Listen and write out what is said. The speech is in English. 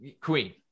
queen